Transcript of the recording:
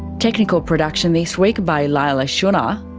technical production this week by leila shunnar,